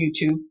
YouTube